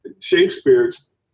Shakespeare's